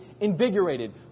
invigorated